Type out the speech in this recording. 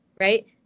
Right